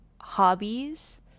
Hobbies